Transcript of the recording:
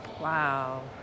Wow